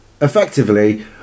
Effectively